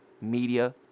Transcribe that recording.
media